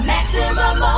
Maximum